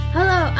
Hello